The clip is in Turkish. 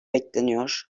bekleniyor